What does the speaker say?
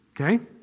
Okay